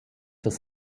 das